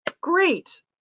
Great